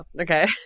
Okay